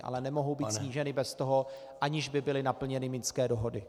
Ale nemohou být sníženy bez toho, aniž by byly naplněny minské dohody.